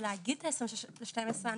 ולהגיד את ה-26 בדצמבר,